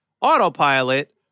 autopilot